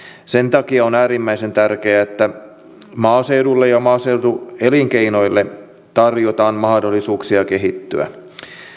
sen takia on äärimmäisen tärkeää että maaseudulle ja maaseutuelinkeinoille tarjotaan mahdollisuuksia kehittyä